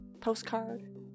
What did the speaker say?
Postcard